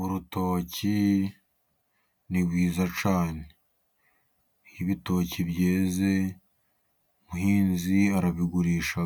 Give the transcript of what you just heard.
Urutoki ni rwiza cyane, iyo ibitoki byeze, umuhinzi arabigurisha